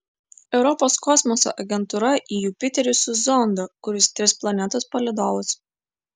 europos kosmoso agentūra į jupiterį siųs zondą kuris tirs planetos palydovus